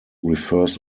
refers